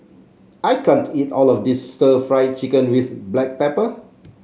I can't eat all of this Stir Fried Chicken with Black Pepper